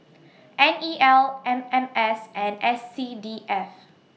N E L M M S and S C D F